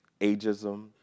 Ageism